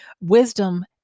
Wisdom